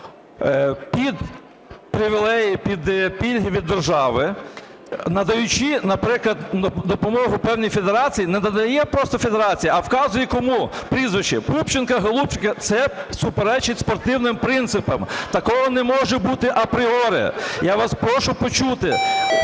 під привілеї, під пільги від держави, надаючи, наприклад, допомогу певній федерації, не надає просто федерації, а вказує, кому (прізвище): Пупченко... Це суперечить спортивним принципам, такого не може бути апріорі. Я вас прошу почути.